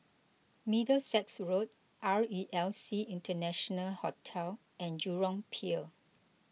Middlesex Road R E L C International Hotel and Jurong Pier